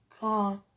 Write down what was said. God